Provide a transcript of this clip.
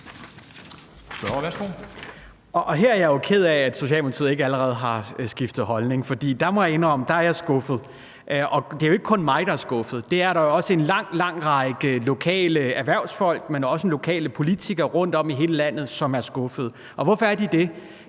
Her er jeg jo ked af, at Socialdemokratiet ikke allerede har skiftet holdning, for der må jeg indrømme, at jeg er skuffet. Og det er jo ikke kun mig, der er skuffet. Det er der jo også en lang, lang række lokale erhvervsfolk, men også lokale politikere rundtom i hele landet som er. Og hvorfor er de det?